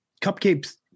cupcakes